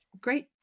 great